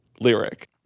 lyric